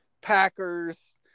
Packers